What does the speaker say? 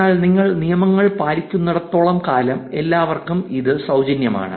എന്നാൽ നിങ്ങൾ നിയമങ്ങൾ പാലിക്കുന്നിടത്തോളം കാലം എല്ലാവർക്കും ഇത് സൌജന്യമാണ്